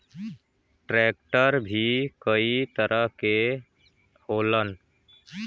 tractor भी कई तरह के होलन